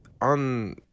on